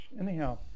Anyhow